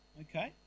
okay